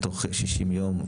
בתוך 60 יום,